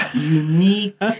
unique